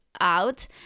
out